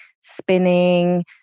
spinning